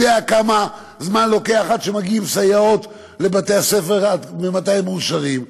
יודע כמה זמן לוקח עד שמגיעות סייעות לבתי-הספר ומתי הן מאושרות.